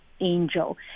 angel